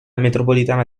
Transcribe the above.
metropolitana